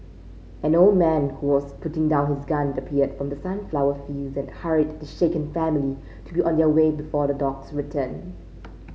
an old man who was putting down his gun appeared from the sunflower fields and hurried the shaken family to be on their way before the dogs return